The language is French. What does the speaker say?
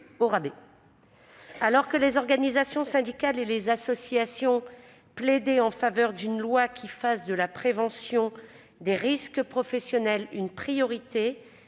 Alors que les organisations syndicales et les associations plaidaient en faveur d'une loi qui fasse de la prévention des risques professionnels une priorité,